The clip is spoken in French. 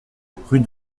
rue